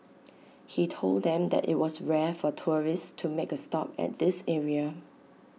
he told them that IT was rare for tourists to make A stop at this area